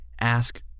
Ask